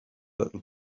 little